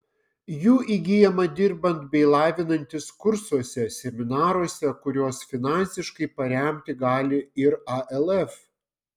jų įgyjama dirbant bei lavinantis kursuose seminaruose kuriuos finansiškai paremti gali ir alf